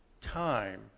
Time